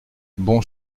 bon